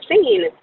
seen